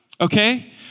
Okay